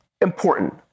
important